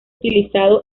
utilizado